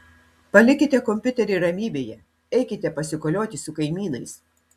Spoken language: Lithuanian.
palikite kompiuterį ramybėje eikite pasikolioti su kaimynais